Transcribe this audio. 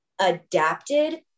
adapted